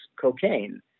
cocaine